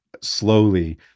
Slowly